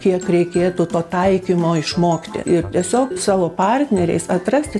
kiek reikėtų to taikymo išmokyti ir tiesiog savo partneriais atrasti